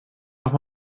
noch